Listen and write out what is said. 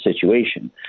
situation